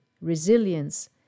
resilience